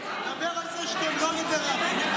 דבר על זה שאתם לא ליברלים.